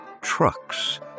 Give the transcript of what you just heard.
Trucks